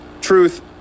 truth